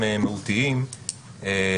היא מרוויחה את הרווח העסקי או מה שזה לא יהיה